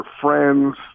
friends